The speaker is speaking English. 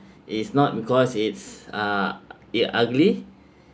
is not because it's uh it ugly